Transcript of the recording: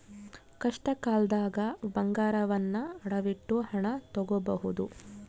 ಕಷ್ಟಕಾಲ್ದಗ ಬಂಗಾರವನ್ನ ಅಡವಿಟ್ಟು ಹಣ ತೊಗೋಬಹುದು